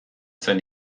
zen